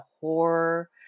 horror